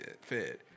fed